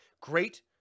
great